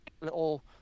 little